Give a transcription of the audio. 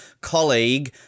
colleague